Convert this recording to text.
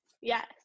Yes